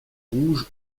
rouge